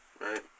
Right